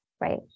Right